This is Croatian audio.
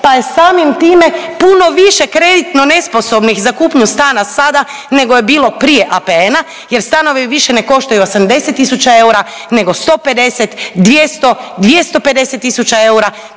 pa je samim time puno više kreditno nesposobnih za kupnju stana sada nego je bilo prije APN-a jer stanovi više ne koštaju 80.000 eura nego 150, 200, 250.000 eura